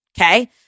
Okay